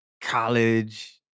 college